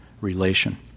relation